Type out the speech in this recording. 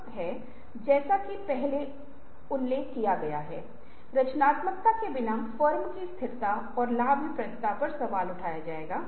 जिस क्षण ऐसा लगता है कि समस्या खत्म हो गई है हम वहीं रुक जाते हैं हम अन्य समस्याओं के लिए स्विच करते हैं जो हमारे सामने हैं